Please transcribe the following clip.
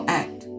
act